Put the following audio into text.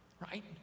right